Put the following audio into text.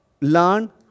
learn